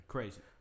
Crazy